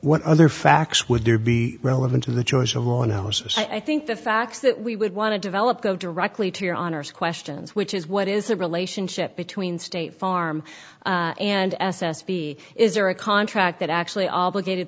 what other facts would there be relevant to the choice of on houses i think the facts that we would want to develop go directly to your honor's questions which is what is the relationship between state farm and s s b is there a contract that actually obligated